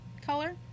color